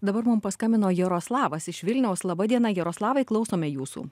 dabar mum paskambino jaroslavas iš vilniaus laba diena jaroslavai klausome jūsų